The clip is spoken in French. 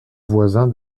voisin